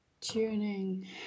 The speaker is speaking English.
tuning